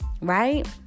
right